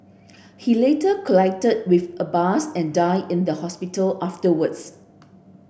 he later collided with a bus and died in the hospital afterwards